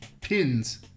Pins